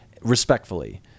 respectfully